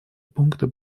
пункты